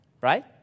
right